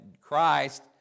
Christ